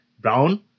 Brown